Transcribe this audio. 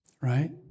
right